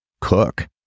cook